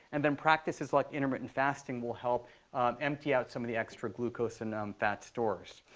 and then practices like intermittent fasting will help empty out some of the extra glucose and fat stores.